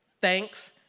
thanks